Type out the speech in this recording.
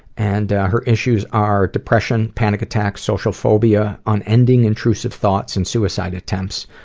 and her issues are depression, panic attacks, social phobia, unending intrusive thoughts and suicide attempts.